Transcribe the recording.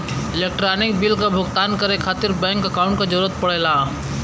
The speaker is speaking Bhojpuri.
इलेक्ट्रानिक बिल क भुगतान करे खातिर बैंक अकांउट क जरूरत पड़ला